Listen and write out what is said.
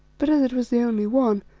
but as it was the only one,